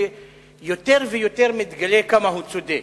שיותר ויותר מתגלה כמה שהוא צודק.